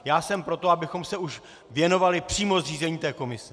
Já jsem pro to, abychom se už věnovali přímo zřízení této komise.